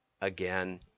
again